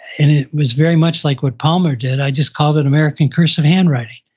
and it was very much like what palmer did, i just called it american cursive handwriting.